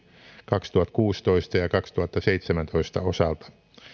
kaksituhattakuusitoista ja kaksituhattaseitsemäntoista osalta